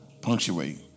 punctuate